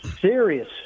serious